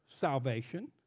salvation